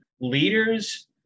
Leaders